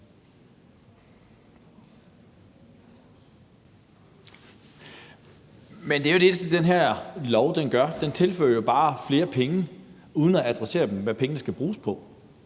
Men det er jo det, den her lov gør: Den tilfører jo bare flere penge uden at adressere, hvad pengene skal bruges på.